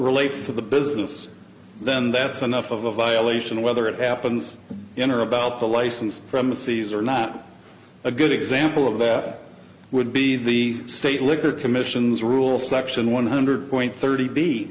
relates to the business then that's enough of a violation whether it happens in about or a license from the seas or not a good example of that would be the state liquor commissions rule section one hundred point thirty b